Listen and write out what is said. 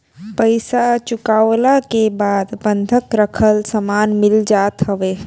पईसा चुकवला के बाद बंधक रखल सामान मिल जात हवे